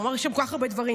הוא אמר שם כל כך הרבה דברים.